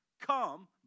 come